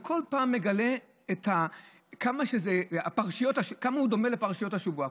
ובכל פעם מגלה כמה זה דומה לפרשיות השבוע.